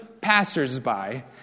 passers-by